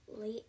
late